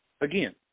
Again